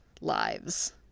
lives